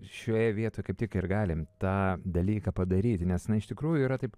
šioje vietoje kaip tik ir galim tą dalyką padaryti nes iš tikrųjų yra taip